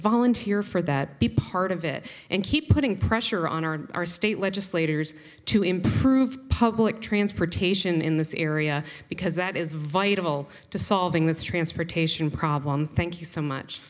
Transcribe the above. volunteer for that be part of it and keep putting pressure on our state legislators to improve public transportation in this area because that is vital to solving the transportation problem thank you so much